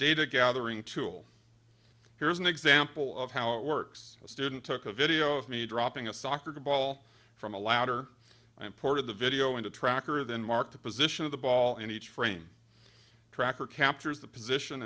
data gathering tool here's an example of how it works a student took a video of me dropping a soccer ball from a ladder and port of the video into tracker then mark the position of the ball in each frame tracker captures the position